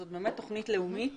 זאת באמת תכנית לאומית